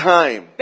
time